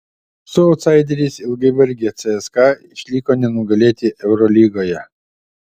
su autsaideriais ilgai vargę cska išliko nenugalėti eurolygoje